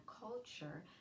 culture